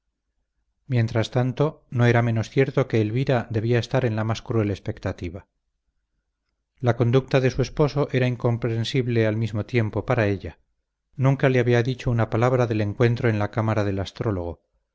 mientras tanto no era menos cierto que elvira debía estar en la más cruel expectativa la conducta de su esposo era incomprensible al mismo tiempo para ella nunca le había dicho una palabra del encuentro en la cámara del astrólogo